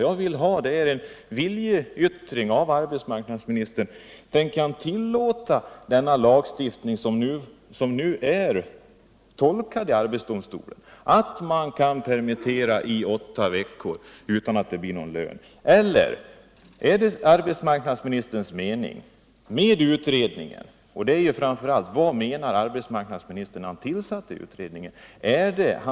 Jag ville ha en viljeyttring från statsministern. Vill han tillåta en lagstiftning, som nu tolkats så av arbetsdomstolen att man kan permittera i åtta veckor utan lön, eller är arbetsmarknadsministerns syfte med utredningen att den skall täppa till luckorna i lagen?